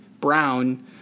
Brown